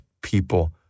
people